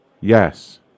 Yes